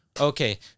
Okay